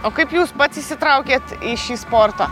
o kaip jūs pats įsitraukėt į šį sportą